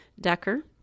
Decker